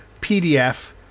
PDF